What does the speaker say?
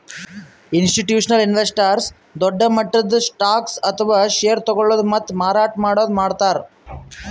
institutional investors ದೊಡ್ಡ್ ಮಟ್ಟದ್ stocks ಅಥವಾ ಷೇರ್ ತಗೋಳದು ಮತ್ತ್ ಮಾರಾಟ್ ಮಾಡದು ಮಾಡ್ತಾರ್